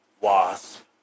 Wasp